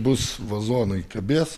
bus vazonai kabės